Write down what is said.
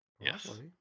Yes